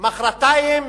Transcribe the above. מחרתיים